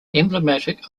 emblematic